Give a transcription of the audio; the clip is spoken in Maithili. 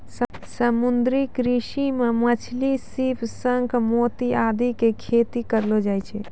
समुद्री कृषि मॅ मछली, सीप, शंख, मोती आदि के खेती करलो जाय छै